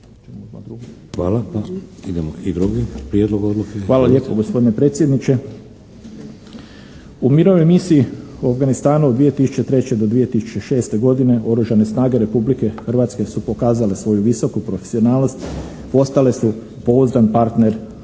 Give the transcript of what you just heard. Izvolite. **Rončević, Berislav (HDZ)** Hvala lijepo gospodine predsjedniče. U mirovnoj misiji u Afganistanu 2003. do 2006. godine Oružane snage Republike Hrvatske su pokazale svoju visoku profesionalnost, postale su pouzdan partner oružanih